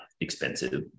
expensive